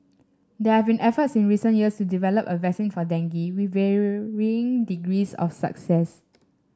there have been efforts in recent years to develop a vaccine for dengue with varying degrees of success